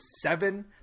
seven